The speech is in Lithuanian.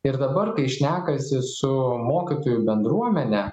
ir dabar kai šnekasi su mokytojų bendruomene